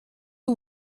are